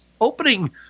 opening